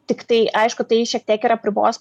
tiktai aišku tai šiek tiek ir apribos